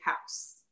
house